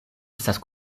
estas